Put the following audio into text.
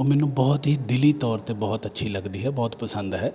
ਉਹ ਮੈਨੂੰ ਬਹੁਤ ਹੀ ਦਿਲੀ ਤੌਰ 'ਤੇ ਬਹੁਤ ਅੱਛੀ ਲੱਗਦੀ ਹੈ ਬਹੁਤ ਪਸੰਦ ਹੈ